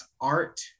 art